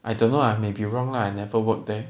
I don't know I may be wrong lah I never work there